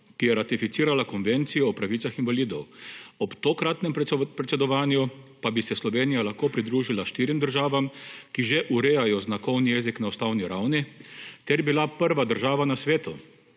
ki je ratificirala Konvencijo o pravicah invalidov, ob tokratnem predsedovanju pa bi se Slovenija lahko pridružila štirim državam, ki že urejajo znakovni jezik na ustavni ravni, ter bila prva država na svetu,